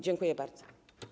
Dziękuję bardzo.